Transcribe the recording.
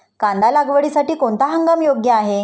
कांदा लागवडीसाठी कोणता हंगाम योग्य आहे?